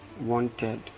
wanted